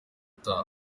utaha